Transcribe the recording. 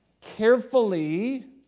carefully